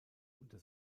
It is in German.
unter